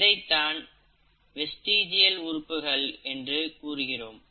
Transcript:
இதைத்தான் வெஸ்டிகியல் உறுப்புகள் என்று கூறுகிறோம்